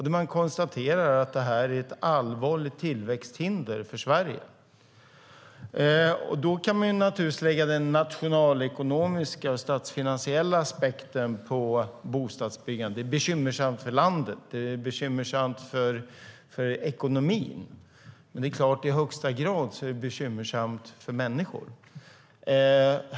Där konstaterar man att det är ett allvarligt tillväxthinder för Sverige. Då kan man naturligtvis lägga den nationalekonomiska statsfinansiella aspekten på bostadsbyggandet och säga att det är bekymmersamt för landet, bekymmersamt för ekonomin. Men det är i högsta grad bekymmersamt för människor.